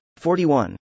41